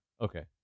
Okay